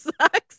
sucks